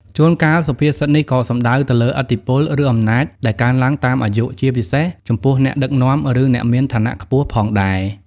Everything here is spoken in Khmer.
ជួនកាលសុភាសិតនេះក៏សំដៅទៅលើឥទ្ធិពល ឬអំណាចដែលកើនឡើងតាមអាយុ ជាពិសេសចំពោះអ្នកដឹកនាំ ឬអ្នកមានឋានៈខ្ពស់ផងដែរ។